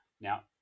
Now